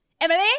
Emily